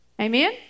Amen